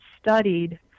studied